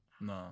No